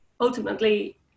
ultimately